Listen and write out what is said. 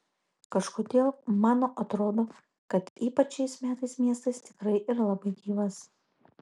kažkodėl mano atrodo kad ypač šiais metais miestas tikrai yra labai gyvas